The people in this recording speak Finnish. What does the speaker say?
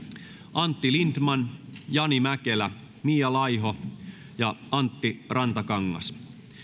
antti lindtman jani mäkelä mia laiho ja antti rantakangas